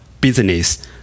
business